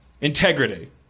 Integrity